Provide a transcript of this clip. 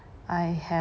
I have